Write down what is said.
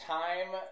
time